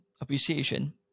Appreciation